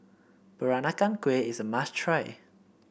Peranakan Kueh is a must try